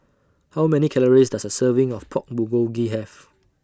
How Many Calories Does A Serving of Pork Bulgogi Have